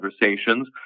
conversations